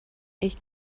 ich